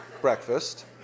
breakfast